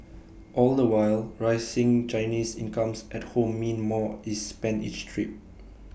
all the while rising Chinese incomes at home mean more is spent each trip